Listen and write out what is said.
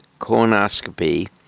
colonoscopy